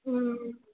ಹ್ಞೂ